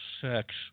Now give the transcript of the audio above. sex